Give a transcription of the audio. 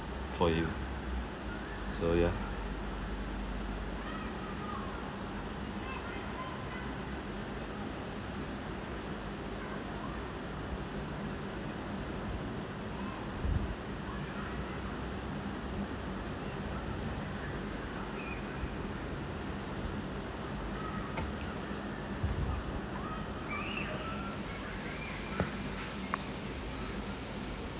for you so yeah